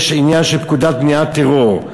יש עניין של פקודת מניעת טרור,